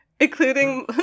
Including